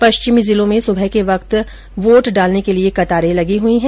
पश्चिमी जिलों में सुबह के वक्त वोट डालने के लिये कतारें लगी हुई है